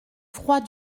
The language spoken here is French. froid